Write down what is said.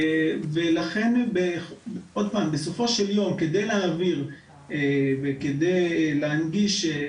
ולכן בסופו של יום כדי להעביר וכדי להנגיש,